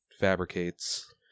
fabricates